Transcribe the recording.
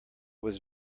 was